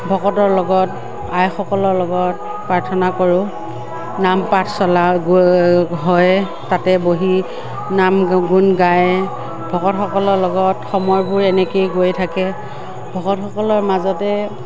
ভকতৰ লগত আইসকলৰ লগত প্ৰাৰ্থনা কৰোঁ নাম পাঠ চলাওঁ গৈ হয় তাতে বহি নাম গুণ গাই ভকতসকলৰ লগত বহি সময়বোৰ এনেকৈয়ে গৈ থাকে ভকতসকলৰ মাজতে